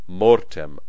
mortem